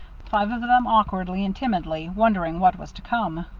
five of them awkwardly and timidly, wondering what was to come.